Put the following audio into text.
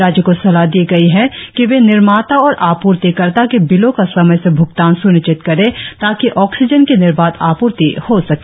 राज्यों को सलाह दी गयी है कि वे निर्माता और आपूर्तिकर्ता के बिलों का समय से भुगतान सुनिश्चित करें ताकि ऑक्सीजन की निर्बाध आपूर्ति हो सके